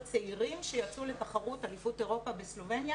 צעירים שיצאו לתחרות אליפות אירופה בסלובניה,